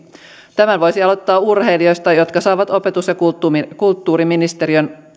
tämän voisi aloittaa urheilijoista jotka saavat opetus ja kulttuuriministeriön